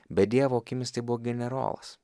bet dievo akimis tai buvo generolas